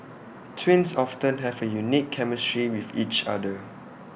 twins often have A unique chemistry with each other